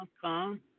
come